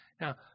Now